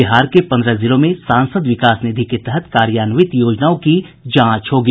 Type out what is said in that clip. बिहार के पन्द्रह जिलों में सांसद विकास निधि के तहत कार्यान्वित योजनाओं की जांच होगी